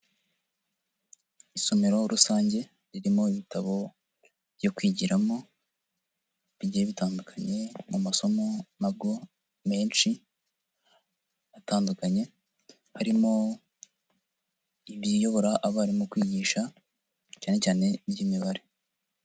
Isomero rusange ririmo ibitabo byo kwigiramo bigiye bitandukanye mu masomo nabwo menshi atandukanye harimo ibiyobora abarimu kwigisha, cyanecyane iby'imibare.